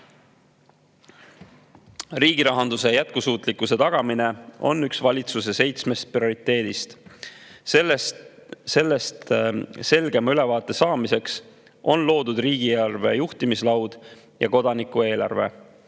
Riigi rahanduse jätkusuutlikkuse tagamine on üks valitsuse seitsmest prioriteedist. Sellest selgema [arusaama] saamiseks on loodud riigieelarve juhtimislaud ja kodanikueelarve,